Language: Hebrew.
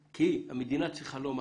המדינה צריכה לומר